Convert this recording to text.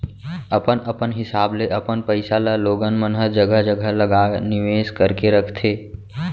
अपन अपन हिसाब ले अपन पइसा ल लोगन मन ह जघा जघा लगा निवेस करके रखथे